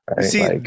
see